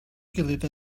gilydd